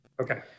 Okay